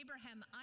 Abraham